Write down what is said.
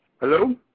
Hello